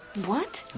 what?